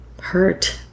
hurt